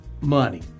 money